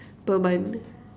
per month